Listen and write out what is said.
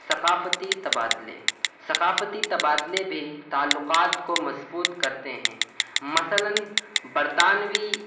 ثقافتی تبادلے ثقافتی تبادلے بھی تعلقات کو مضبوط کرتے ہیں مثلاً برطانوی